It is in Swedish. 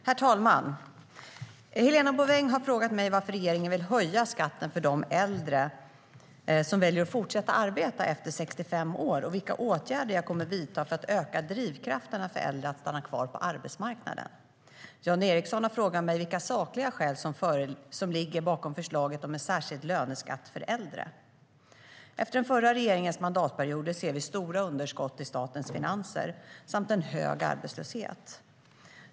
Herr ålderspresident! Helena Bouveng har frågat mig varför regeringen vill höja skatten för de äldre som väljer att fortsätta arbeta efter 65 år och vilka åtgärder som jag kommer att vidta för att öka drivkrafterna för äldre att stanna kvar på arbetsmarknaden. Jan Ericson har frågat mig vilka sakliga skäl som ligger bakom förslaget om en särskild löneskatt för äldre. Efter den förra regeringens mandatperioder ser vi stora underskott i statens finanser samt en hög arbetslöshet.